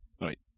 Right